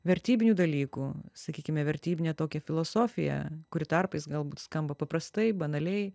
vertybinių dalykų sakykime vertybinę tokią filosofiją kuri tarpais galbūt skamba paprastai banaliai